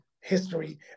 history